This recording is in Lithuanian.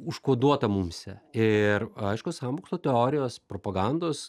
užkoduota mumyse ir aišku sąmokslo teorijos propagandos